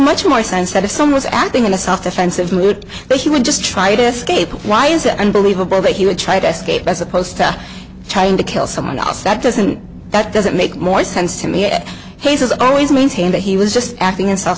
much more sense that if some was acting in a soft offensive mood that he would just try to escape why is that unbelievable that he would try to escape as opposed to trying to kill someone else that doesn't that doesn't make more sense to me it has always maintained that he was just acting in self